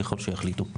ככל שיחליטו.